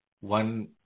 One